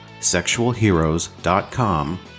sexualheroes.com